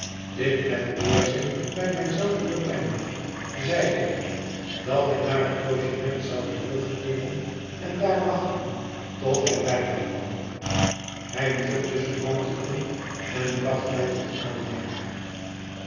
dit met weerzin bij mij zelve bekennende zeide ik dat ik naar het logement zou terugkeeren en daar wachten tot hij bij mij kwam hij wierp dus een mantel om en bracht mij tot aan het hek